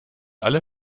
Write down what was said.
alle